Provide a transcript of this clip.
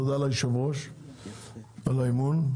תודה ליושב-ראש על האמון.